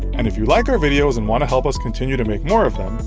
and if you like our videos and want to help us continue to make more of them,